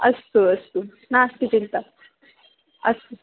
अस्तु अस्तु नास्ति चिन्ता अस्तु